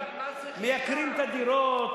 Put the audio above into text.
מייקרים את הדירות,